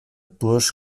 burj